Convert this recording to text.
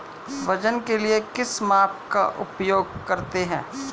वजन के लिए किस माप का उपयोग करते हैं?